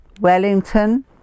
Wellington